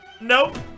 Nope